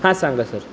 हा सांगा सर